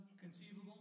conceivable